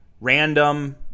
random